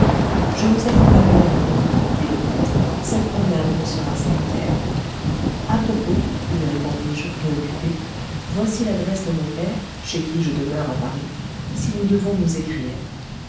je vous accompagnerai un peu dit le prêtre cette promenade me sera salutaire à propos lui répondis-je préoccupé voici l'adresse de mon père chez qui je demeure à paris si nous devons nous écrire